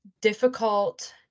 difficult